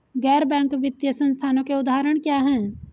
गैर बैंक वित्तीय संस्थानों के उदाहरण क्या हैं?